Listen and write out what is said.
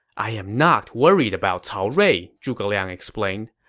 i am not worried about cao rui, zhuge liang explained.